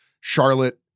Charlotte